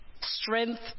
strength